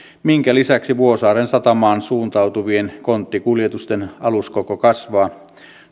minkä lisäksi vuosaaren satamaan suuntautuvien konttikuljetusten aluskoko kasvaa